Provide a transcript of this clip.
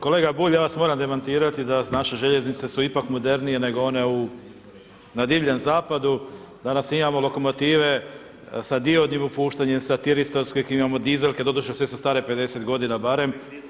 Kolega Bulj, ja vas moram demantirati da su naše željeznice su ipak modernije nego one u, na divljem zapadu, danas imamo lokomotive sa diodnim opuštanjem, sa tiritorskih, imamo dizelke, doduše sve su stare 50 godina barem.